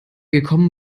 gekommen